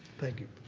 thank you.